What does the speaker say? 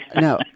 no